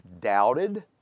doubted